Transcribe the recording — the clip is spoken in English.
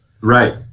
Right